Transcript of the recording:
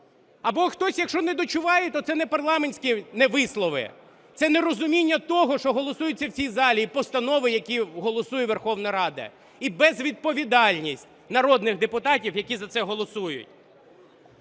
Або хтось, якщо недочуває, то це не непарламентські вислови, це нерозуміння того, що голосується в цій залі, і постанови, які голосує Верховна Рада, і безвідповідальність народних депутатів, які за це голосують.